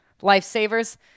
Lifesavers